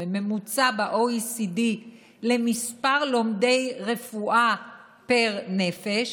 ב-OECD בממוצע של מספר לומדי רפואה לנפש